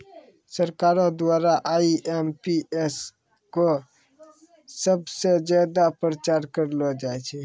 सरकारो द्वारा आई.एम.पी.एस क सबस ज्यादा प्रचार करलो जाय छै